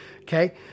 okay